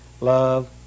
Love